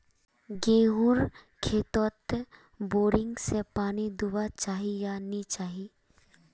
गेँहूर खेतोत बोरिंग से पानी दुबा चही या नी चही?